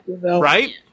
Right